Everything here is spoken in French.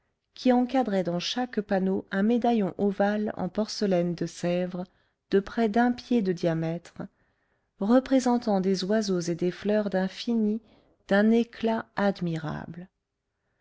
qui encadraient dans chaque panneau un médaillon ovale en porcelaine de sèvres de près d'un pied de diamètre représentant des oiseaux et des fleurs d'un fini d'un éclat admirables